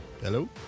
Hello